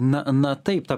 na na taip ta